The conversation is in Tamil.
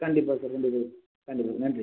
கண்டிப்பா சார் கண்டிப்பா கண்டிப்பா நன்றி